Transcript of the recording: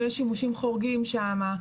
השימושים חורגים שם.